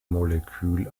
molekül